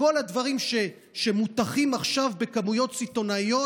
בכל הדברים שמוטחים עכשיו בכמויות סיטונאיות,